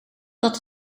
dat